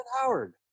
Howard